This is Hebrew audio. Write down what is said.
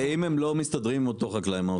ואם הם לא מסתדרים עם אותו חקלאי, מה יעשו?